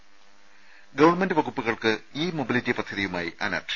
ത ഗവൺമെന്റ് വകുപ്പുകൾക്ക് e mobility പദ്ധതിയുമായി അനർട്ട്